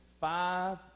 five